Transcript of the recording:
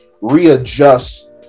readjust